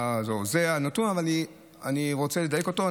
זה הנתון, אבל אני רוצה לדייק אותו.